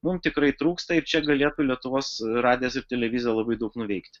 mum tikrai trūksta čia galėtų lietuvos radijas ir televizija labai daug nuveikti